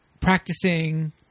practicing